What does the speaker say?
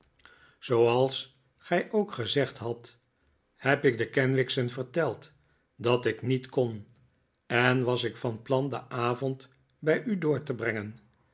zooals gij ook gezegd hadt heb ik de kenwigs'en verteld dat ik niet kon en was ik van plan den avond bij u door te brengen